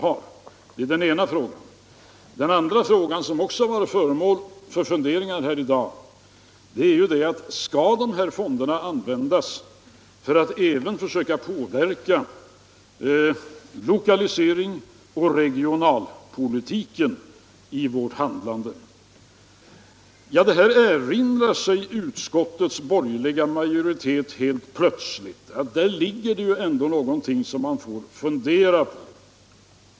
Det är den ena frågan. Den andra frågan som också har varit föremål för funderingar här i dag är om investeringsfonderna skall användas för att även försöka påverka lokaliseringsoch regionalpolitiken i vårt handlande. Utskottets borgerliga majoritet erinrar sig helt plötsligt att där ligger det ändå någonting som man får fundera på.